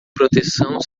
proteção